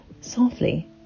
softly